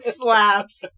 slaps